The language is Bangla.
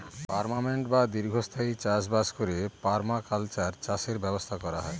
পার্মানেন্ট বা দীর্ঘস্থায়ী চাষ বাস করে পারমাকালচার চাষের ব্যবস্থা করা হয়